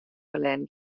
ferlern